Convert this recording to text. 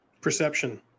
Perception